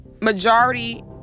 Majority